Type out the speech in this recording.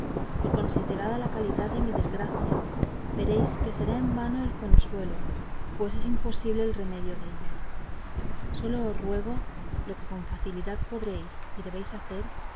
y considerada la calidad de mi desgracia veréis que será en vano el consuelo pues es imposible el remedio della sólo os ruego lo que